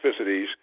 specificities